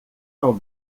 não